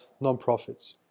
nonprofits